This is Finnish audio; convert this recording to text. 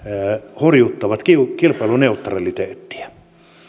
horjuttavat kilpailuneutraliteettia